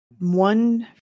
one